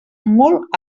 molt